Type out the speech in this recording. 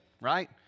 right